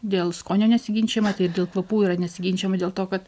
dėl skonio nesiginčijama tai ir dėl kvapų yra nesiginčijama dėl to kad